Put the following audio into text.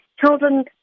children